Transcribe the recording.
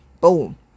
boom